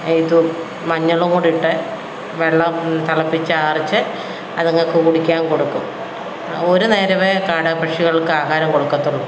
ഇതും മഞ്ഞളും കൂടെ ഇട്ട് വെള്ളം തിളപ്പിച്ചാറിച്ച് അതുങ്ങള്ക്ക് കുടിക്കാൻ കൊടുക്കും ഒരു നേരമേ കാട പക്ഷികൾക്ക് ആഹാരം കൊടുക്കത്തുള്ളു